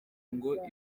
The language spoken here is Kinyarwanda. ngo